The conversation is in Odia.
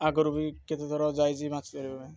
ଆଗରୁ ବି କେତେ ଥର ଯାଇଛି ମାଛ ଧରିବା ପାଇଁ